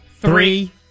three